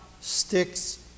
sticks